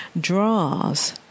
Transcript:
Draws